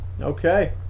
Okay